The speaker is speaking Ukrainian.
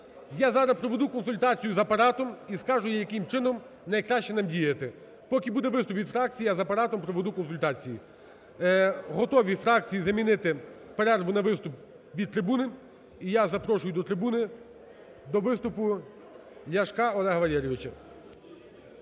Я зараз проведу консультацію з Апаратом і скажу, яким чином найкраще нам діяти. Поки буде виступ від фракцій, я з Апаратом проведу консультації. Готові фракції замінити перерву на виступ від трибуни. І я запрошую до трибуни, до виступу Ляшка Олега Валерійовича.